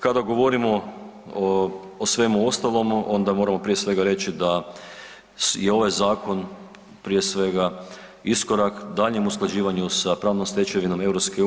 Kada govorimo o svemu ostalome onda moramo prije svega reći da je ovaj zakon prije svega iskorak daljnjem usklađivanju sa pravnom stečevinom EU.